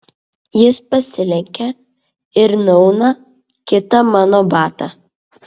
jis pasilenkia ir nuauna kitą mano batą